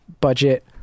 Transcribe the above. budget